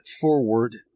forward